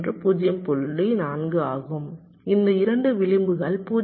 4 ஆகும் இந்த 2 விளிம்புகள் 0